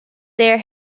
their